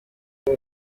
aho